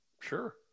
Sure